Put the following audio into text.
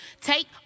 Take